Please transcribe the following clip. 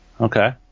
Okay